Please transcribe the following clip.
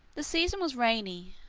the season was rainy,